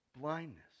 blindness